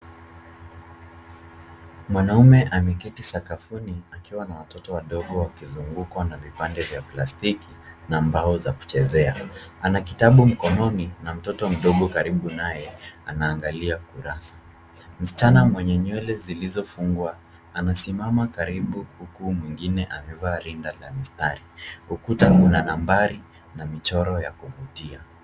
Mwanaume ameketi sakafuni akiwa a watoto wadogo wakizungukwa na vipande vya plastiki na mbao za kuchezea. Ana kitabu mkonoi na mtoto mdogo karibu naye anaangalia kurasa. Msichana mwenye nywele zilizofungwa anasimama karibu huku mwingine amevaa rinda la mistari. Ukuta lina nambari na michoro ya kuvutia.